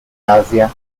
asia